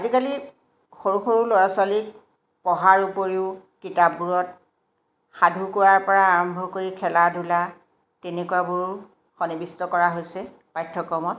আজিকালি সৰু সৰু ল'ৰা ছোৱালীক পঢ়াৰ উপৰিও কিতাপবোৰত সাধু কোৱাৰ পৰা আৰম্ভ কৰি খেলা ধূলা তেনেকুৱাবোৰ সন্নিবিষ্ট কৰা হৈছে পাঠ্যক্ৰমত